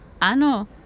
Ano